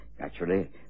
Naturally